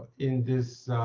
in this,